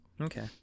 Okay